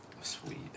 Sweet